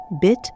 bit